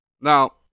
Now